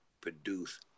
Produce